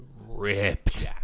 ripped